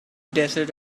desert